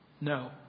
No